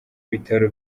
bitaro